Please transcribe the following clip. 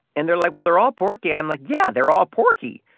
and they're like, well, they're all porky. i'm like, yeah, they're all porky,